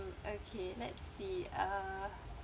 okay let's see uh